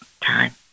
time